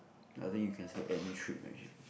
i think you can say any trip